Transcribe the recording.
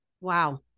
Wow